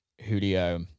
Julio